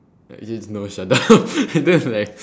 actually it's no shut up that's like